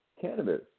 cannabis